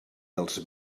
dels